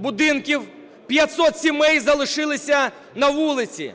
будинків, 500 сімей залишилися на вулиці.